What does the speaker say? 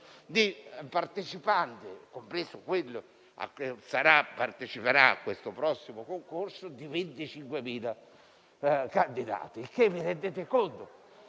di partecipanti, compreso quello di chi parteciperà al prossimo concorso, pari a 25.000 candidati. Voi vi rendete conto